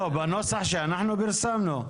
בנוסח שאנחנו פרסמנו?